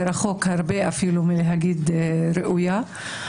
ורחוק הרבה מלהגיד ראויה.